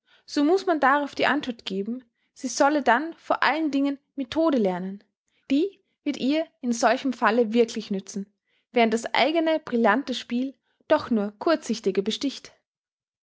so muß man darauf die antwort geben sie solle dann vor allen dingen methode lernen die wird ihr in solchem falle wirklich nützen während das eigne brillante spiel doch nur kurzsichtige besticht